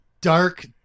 dark